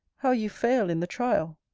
how you fail in the trial!